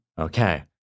Okay